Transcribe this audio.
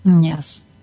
Yes